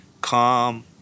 calm